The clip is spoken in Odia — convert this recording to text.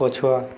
ପଛୁଆ